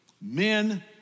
Men